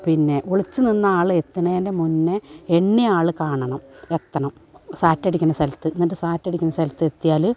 പിന്നെ ഒളിച്ചു നിന്ന ആൾ എത്തണതിൻ്റെ മുൻപെ എണ്ണിയാൽ കാണണം എത്തണം സാറ്റടിക്കണ സ്ഥലത്ത് എന്നിട്ട് സാറ്റടിക്കണ സ്ഥലത്തെത്തിയാൽ